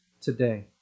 today